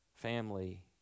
Family